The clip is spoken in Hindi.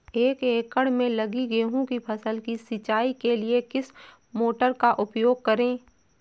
एक एकड़ में लगी गेहूँ की फसल की सिंचाई के लिए किस मोटर का उपयोग करें?